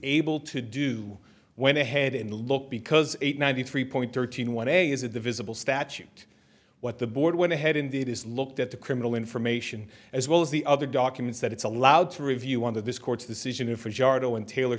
able to do went ahead and look because eight ninety three point thirteen one a is a divisible statute what the board went ahead and it is looked at the criminal information as well as the other documents that it's allowed to review under this court's decision for